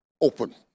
open